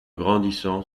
grandissant